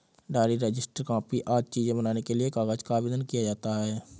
diary, register, copy आदि चीजें बनाने के लिए कागज का आवेदन किया जाता है